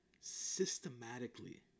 systematically